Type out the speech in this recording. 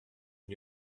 lui